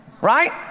right